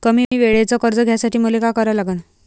कमी वेळेचं कर्ज घ्यासाठी मले का करा लागन?